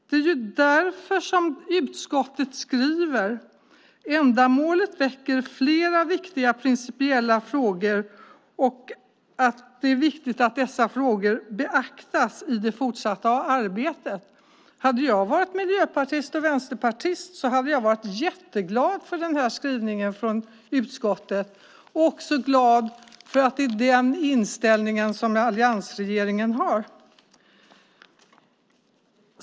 Det är därför utskottet skriver att ändamålet "väcker flera viktiga principiella frågor" och att "det är viktigt att dessa frågor beaktas i det fortsatta arbetet". Hade jag varit miljöpartist eller vänsterpartist hade jag varit jätteglad för denna skrivning från utskottet och också glad för att det är den inställningen alliansregeringen har.